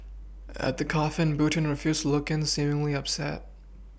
at the coffin button refused to look in seemingly upset